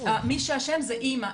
מי שאשם זו אימא.